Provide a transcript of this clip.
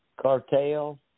Cartel